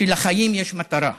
שלחיים יש מטרה.